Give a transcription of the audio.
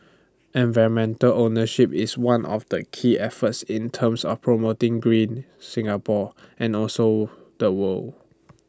environmental ownership is one of the key efforts in terms of promoting green Singapore and also the world